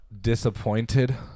disappointed